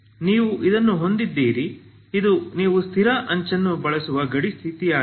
ನೀವು ಇದನ್ನು ಹೊಂದಿದ್ದೀರಿ ಇದು ನಾವು ಸ್ಥಿರ ಅಂಚನ್ನು ಬಳಸುವ ಗಡಿ ಸ್ಥಿತಿಯಾಗಿದೆ